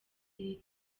iri